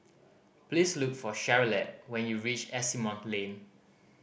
please look for Charolette when you reach Asimont Lane